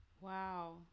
Wow